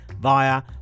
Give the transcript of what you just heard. via